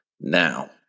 Now